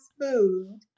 food